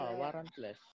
warrantless